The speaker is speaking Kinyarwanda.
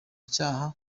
icyaha